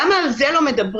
למה על זה לא מדברים?